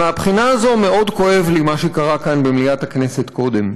מהבחינה הזאת מאוד כואב לי מה שקרה כאן במליאת הכנסת קודם.